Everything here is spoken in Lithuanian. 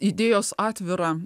idėjos atvirą